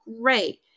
Great